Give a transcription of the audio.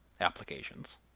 Applications